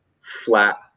flat